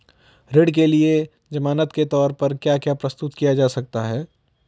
ऋण के लिए ज़मानात के तोर पर क्या क्या प्रस्तुत किया जा सकता है?